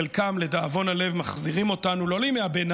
חלקם, לדאבון הלב, מחזירים אותנו,